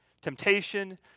Temptation